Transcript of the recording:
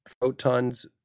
photons